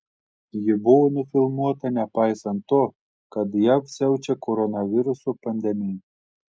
ji buvo nufilmuota nepaisant to kad jav siaučia koronaviruso pandemija